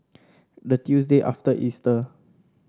the Tuesday after Easter